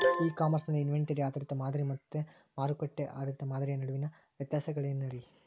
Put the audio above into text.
E commerce ನಲ್ಲಿ inventory ಆಧಾರಿತ ಮಾದರಿ ಮತ್ತ ಮಾರುಕಟ್ಟೆ ಆಧಾರಿತ ಮಾದರಿಯ ನಡುವಿನ ವ್ಯತ್ಯಾಸಗಳೇನ ರೇ?